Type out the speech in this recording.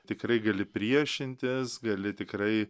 tikrai gali priešintis gali tikrai